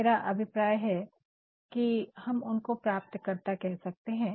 मेरा अभिप्राय है की हम उनको प्राप्तकर्ता कह सकते है